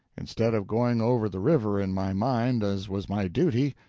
instead of going over the river in my mind, as was my duty,